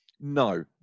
No